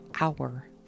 hour